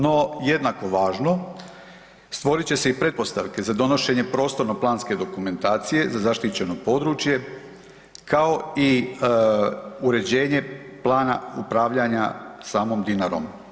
No, jednako važno, stvorit će se i pretpostavke za donošenje prostorno-planske dokumentacije, za zaštićeno područje kao i uređenje plana upravljanja samom Dinarom.